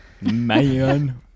Man